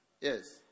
Yes